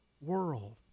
world